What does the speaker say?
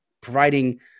providing